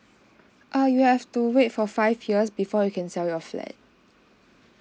err you have to wait for five years before you can sell your flat